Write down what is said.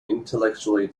intellectually